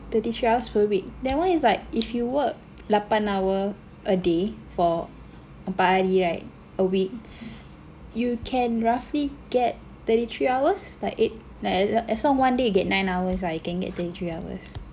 thirty three hours per week that one is like if you work lapan hours a day for empat hari right a week you can roughly get thirty three hours like eight like tha~ as long s one day you get nine hours lah you can get thirty three hours